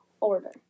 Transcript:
order